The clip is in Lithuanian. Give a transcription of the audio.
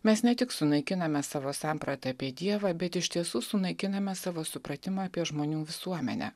mes ne tik sunaikiname savo sampratą apie dievą bet iš tiesų sunaikiname savo supratimą apie žmonių visuomenę